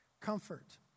Comfort